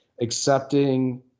accepting